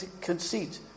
conceit